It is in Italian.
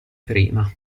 prima